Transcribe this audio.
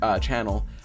channel